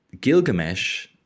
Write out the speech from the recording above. Gilgamesh